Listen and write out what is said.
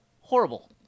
Horrible